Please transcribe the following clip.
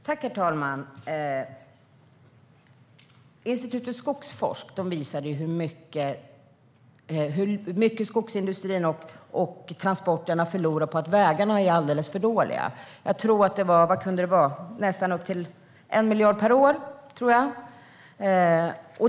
Herr talman! Institutet Skogforsk visar hur mycket skogsindustrin och transporterna förlorar på att vägarna är alldeles för dåliga. Vad kunde det vara? Jag tror att det är upp till nästan 1 miljard per år.